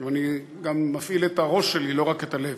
אני גם מפעיל את הראש שלי, לא רק את הלב.